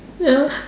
yeah